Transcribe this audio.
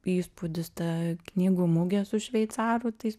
įspūdis ta knygų mugė su šveicarų tais